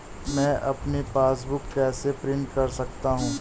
मैं अपनी पासबुक कैसे प्रिंट कर सकता हूँ?